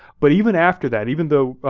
but even after that, even though